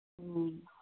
ꯎꯝ